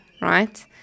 right